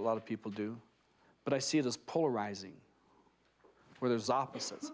lot of people do but i see it as polarizing where there's opposites